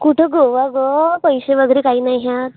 कुठं गोवा गं पैसे वगैरे काही नाही ह्यात